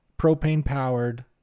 propane-powered